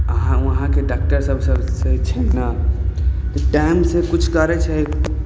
अहाँ वहाँके डॉक्टर सब छै ने टाइम सऽ किछु करै छै